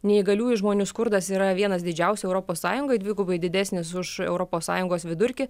neįgaliųjų žmonių skurdas yra vienas didžiausių europos sąjungoj dvigubai didesnis už europos sąjungos vidurkį